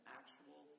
actual